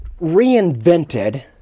reinvented